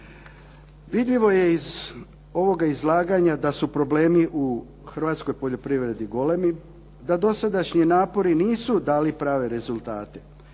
Vidljivo je iz ovoga izlaganja da su problemi u hrvatskoj poljoprivredi golemi, da dosadašnji napori nisu dali prave rezultate.